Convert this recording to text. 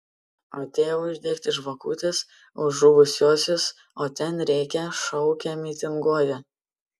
atėjau uždegti žvakutės už žuvusiuosius o ten rėkia šaukia mitinguoja